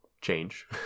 change